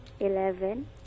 eleven